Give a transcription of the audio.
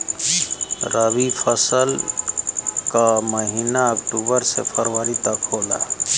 रवी फसल क महिना अक्टूबर से फरवरी तक होला